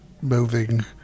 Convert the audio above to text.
moving